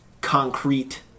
concrete